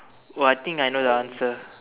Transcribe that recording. !wah! I think I know the answer